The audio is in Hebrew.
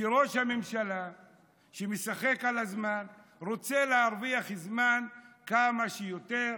שראש הממשלה שמשחק על הזמן רוצה להרוויח כמה שיותר